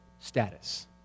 status